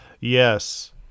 Yes